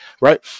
Right